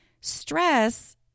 stress